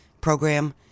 program